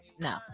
No